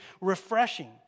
refreshing